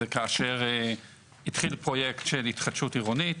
זה כאשר התחיל פרויקט של התחדשות עירונית.